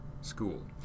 school